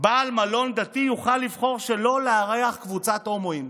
בעל מלון דתי יוכל לבחור שלא לארח קבוצת הומואים,